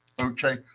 Okay